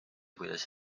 kuidas